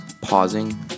pausing